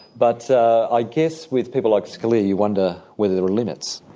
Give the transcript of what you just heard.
but i i guess with people like scalia, you wonder whether there are limits.